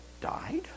Died